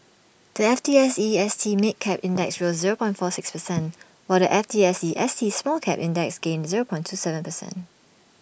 the F T S E S T mid cap index rose zero point four six percent while the F T S E S T small cap index gained zero point two Seven percent